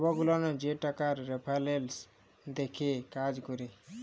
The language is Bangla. ছব গুলান যে টাকার রেফারেলস দ্যাখে কাজ ক্যরে